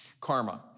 karma